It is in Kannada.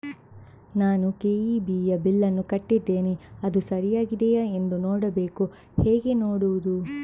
ನಾನು ಕೆ.ಇ.ಬಿ ಯ ಬಿಲ್ಲನ್ನು ಕಟ್ಟಿದ್ದೇನೆ, ಅದು ಸರಿಯಾಗಿದೆಯಾ ಎಂದು ನೋಡಬೇಕು ಹೇಗೆ ನೋಡುವುದು?